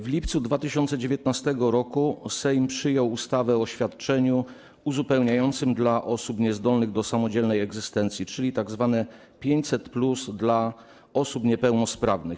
W lipcu 2019 r. Sejm przyjął ustawę o świadczeniu uzupełniającym dla osób niezdolnych do samodzielnej egzystencji, czyli tzw. 500+ dla osób niepełnosprawnych.